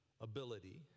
ability